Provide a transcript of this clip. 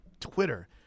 Twitter